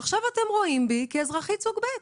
ועכשיו אתם רואים בי כאזרחית סוג ב',